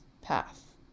path